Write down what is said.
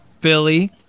Billy